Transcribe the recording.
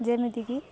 ଯେମିତିକି